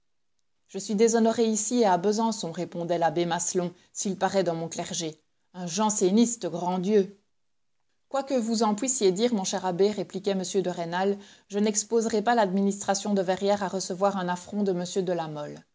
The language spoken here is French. je suis déshonoré ici et à besançon répondait l'abbé maslon s'il paraît dans mon clergé un janséniste grand dieu quoi que vous en puissiez dire mon cher abbé répliquait m de rênal je n'exposerai pas l'administration de verrières à recevoir un affront de m de la mole